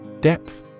Depth